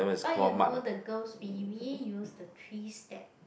but you know the girls we really use the three step